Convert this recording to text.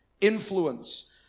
influence